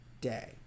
day